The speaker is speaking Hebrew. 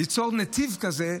ליצור נתיב כזה,